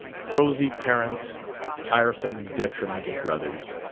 prosy parents tiresome, detrimental brothers.